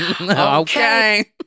Okay